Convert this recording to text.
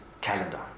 calendar